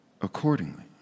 accordingly